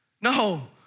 no